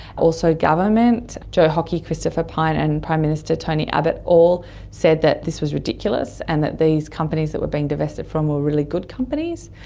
also government. joe hockey, christopher pyne and prime minister tony abbott all said that this was ridiculous and that these companies that were being divested from were really good companies.